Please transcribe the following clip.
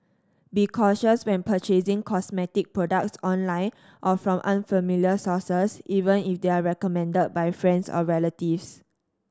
be cautious when purchasing cosmetic products online or from unfamiliar sources even if they are recommended by friends or relatives